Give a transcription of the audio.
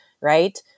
right